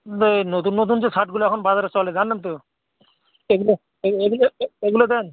এই নতুন নতুন যে ছাঁটগুলো এখন বাজারে চলে জানেন তো এগুলো এগুলো এগুলো দেন